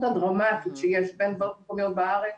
הדרמטית שיש בין ועדות מקומיות בארץ